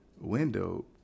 window